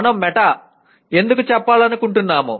మనం మెటా ఎందుకు చెప్పాలనుకుంటున్నాము